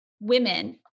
women